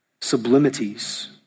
sublimities